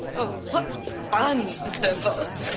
oh, what fun, sir boss.